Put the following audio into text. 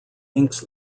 inks